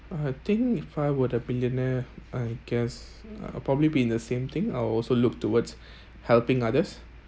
I think if I were the billionaire I guess uh probably be in the same thing I’ll also look towards helping others